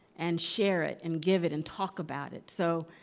and share it, and give it, and talk about it. so